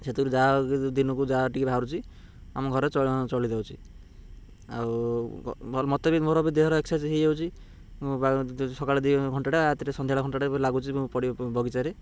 ସେଥୁରୁ ଯାହା ଦିନକୁ ଯାହା ଟିକେ ବାହାରୁଛି ଆମ ଘରେ ଚଳିଯାଉଛି ଆଉ ମୋତେ ବି ମୋର ବି ଦେହର ଏକ୍ସରସାଇଜ୍ ହେଇଯାଉଛି ସକାଳେ ଦୁଇ ଘଣ୍ଟାଟା ରାତିରେ ସନ୍ଧ୍ୟାବେଳେ ଘଣ୍ଟାଟା ଲାଗୁଛି ମୁଁ ବଗିଚାରେ